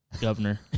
Governor